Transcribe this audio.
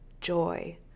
joy